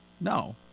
No